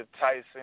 Tyson